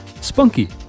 Spunky